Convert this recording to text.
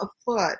afoot